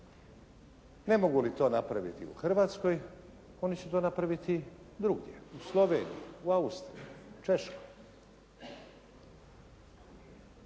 Ne mogu li to napraviti u Hrvatskoj oni će to napraviti drugdje. U Sloveniji, u Austriji, Češkoj.